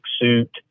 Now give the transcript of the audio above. suit